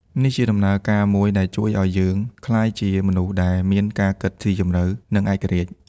នេះជាដំណើរការមួយដែលជួយឱ្យយើងក្លាយជាមនុស្សដែលមានការគិតស៊ីជម្រៅ និងឯករាជ្យ។